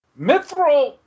Mithril